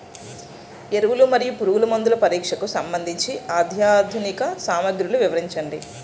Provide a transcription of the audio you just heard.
ఎరువులు మరియు పురుగుమందుల పరీక్షకు సంబంధించి అత్యాధునిక సామగ్రిలు వివరించండి?